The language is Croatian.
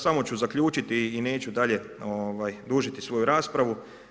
Samo ću zaključiti i neću dalje dužiti svoju raspravu.